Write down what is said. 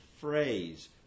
phrase